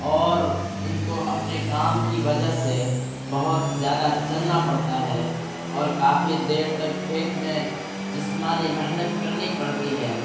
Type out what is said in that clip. اور ان کو اپنے کام کی وجہ سے بہت زیادہ چلنا پڑتا ہے اور کافی دیر تک کھیت میں جسمانی محنت کرنی پڑتی ہے